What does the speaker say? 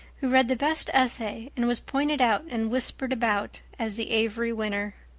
who read the best essay and was pointed out and whispered about as the avery winner.